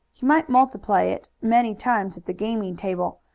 he might multiply it many times at the gaming table,